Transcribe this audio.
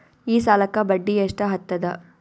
ಈ ಸಾಲಕ್ಕ ಬಡ್ಡಿ ಎಷ್ಟ ಹತ್ತದ?